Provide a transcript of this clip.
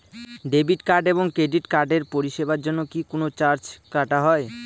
Debit card এবং credit কার্ডের পরিষেবার জন্য কি কোন চার্জ কাটা হয়?